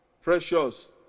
precious